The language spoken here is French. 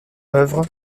œuvres